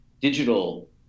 digital